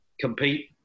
compete